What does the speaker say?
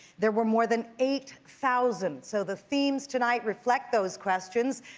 there were more than eight thousand. so the themes tonight reflect those questions.